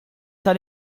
tal